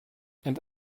and